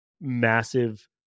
massive